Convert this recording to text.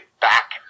back